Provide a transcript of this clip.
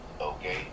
okay